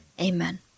Amen